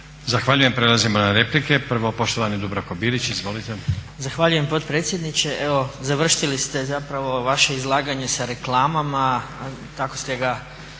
Zahvaljujem. Prelazimo na replike. Prvo poštovani Dubravko Bilić. Izvolite. **Bilić, Dubravko (SDP)** Zahvaljujem potpredsjedniče. Evo završili ste zapravo ovo vaše izlaganje sa reklamama. Tako ste ga